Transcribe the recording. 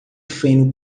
feno